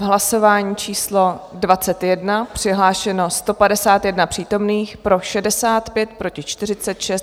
V hlasování číslo 21 přihlášeno 151 přítomných, pro 65, proti 46.